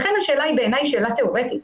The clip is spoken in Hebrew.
לכן השאלה בעיניי היא שאלה תיאורטית.